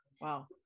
Wow